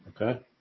Okay